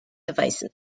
devices